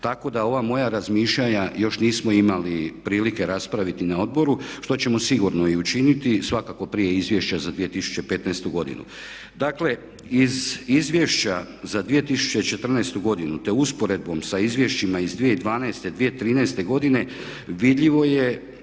Tako da ova moja razmišljanja još nismo imali prilike raspraviti na odboru, što ćemo sigurno i učiniti, svakako prije Izvješća za 2015. godinu. Dakle, iz Izvješća za 2014. godinu te u usporedbi sa izvješćima iz 2012., 2013. godine vidljivo je